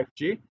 5G